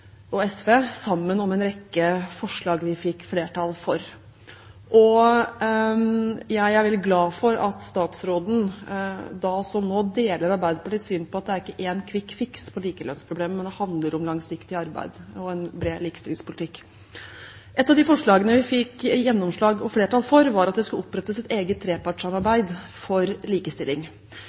og SV sammen om en rekke forslag vi fikk flertall for. Jeg er veldig glad for at statsråden – da som nå – deler Arbeiderpartiets syn på at det ikke finnes én kvikkfiks på likelønnsproblemet, men at det handler om langsiktig arbeid og en bred likestillingspolitikk. Et av de forslagene vi fikk gjennomslag – og flertall – for, var at det skulle opprettes et eget trepartssamarbeid for likestilling.